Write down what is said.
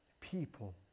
people